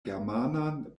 germanan